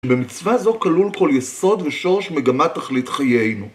במצווה זו כלול כל יסוד ושורש מגמת תכלית חיינו